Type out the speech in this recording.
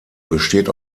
besteht